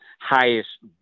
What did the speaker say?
highest